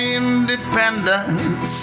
independence